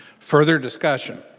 further discussion